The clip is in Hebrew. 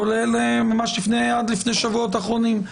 כולל ממש עד לפני שבועות אחרונים,